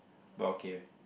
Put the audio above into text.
but okay